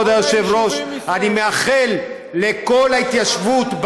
כבוד היושב-ראש, אני מאחל לכל ההתיישבות,